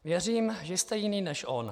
Věřím, že jste jiný než on.